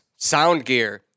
Soundgear